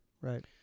right